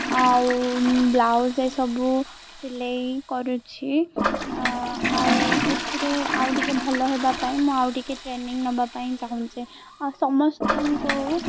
ଆଉ ବ୍ଲାଉଜ୍ ଏସବୁ ସିଲେଇ କରୁଛି ଆଉ ଏଥିରେ ଆଉ ଟିକେ ଭଲ ହେବା ପାଇଁ ମୁଁ ଆଉ ଟିକେ ଟ୍ରେନିଂ ନବା ପାଇଁ ଚାହୁଁଛି ଆଉ ସମସ୍ତଙ୍କୁ